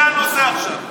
זה הנושא עכשיו.